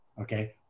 Okay